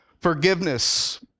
forgiveness